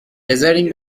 بزارین